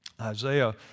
Isaiah